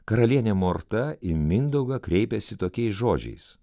karalienė morta į mindaugą kreipėsi tokiais žodžiais